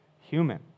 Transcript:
human